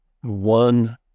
one